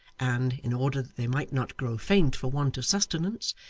and in order that they might not grow faint for want of sustenance,